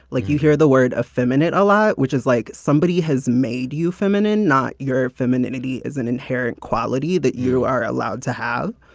like you hear the word effeminate a lot, which is like somebody has made you feminine, not your femininity is an inherent quality that you are allowed to have.